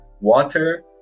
water